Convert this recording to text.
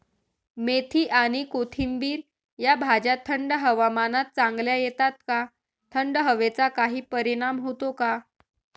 मेथी आणि कोथिंबिर या भाज्या थंड हवामानात चांगल्या येतात का? थंड हवेचा काही परिणाम होतो का?